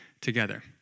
together